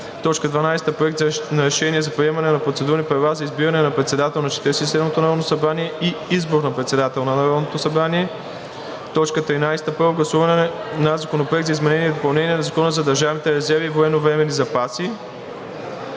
12. Проект на решение за приемане на процедурни правила за избиране на председател на Четиридесет и седмото народно събрание и избор на председател на Народното събрание. 13. Първо гласуване на Законопроекта за изменение и допълнение на Закона за държавните резерви и военновременните запаси.